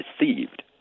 received